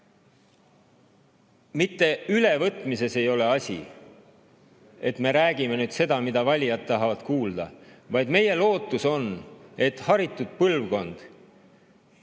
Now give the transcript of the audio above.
Mitte ülevõtmises ei ole asi, et me räägime nüüd seda, mida valijad tahavad kuulda, vaid meie lootus on, et haritud põlvkond